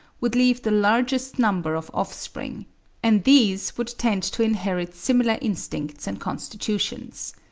would leave the largest number of offspring and these would tend to inherit similar instincts and constitutions.